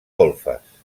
golfes